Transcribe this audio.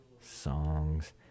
songs